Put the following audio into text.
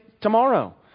tomorrow